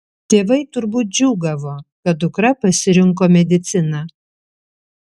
tėvai turbūt džiūgavo kad dukra pasirinko mediciną